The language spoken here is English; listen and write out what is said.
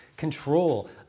Control